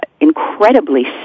incredibly